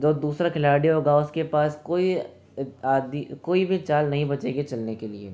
जो दूसरा खिलाड़ी होगा उसके पास कोई आदि कोई भी चल नहीं बचेगी चलने के लिए